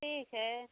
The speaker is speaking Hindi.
ठीक है